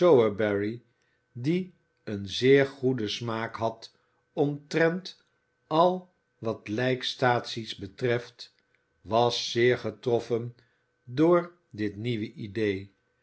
sowerberry die een zeer goeden smaak had omtrent al wat lijkstaatsies betreft was zeer getroffen door dit nieuw idee